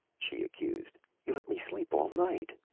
she accused. you let me sleep all night!